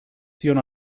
zion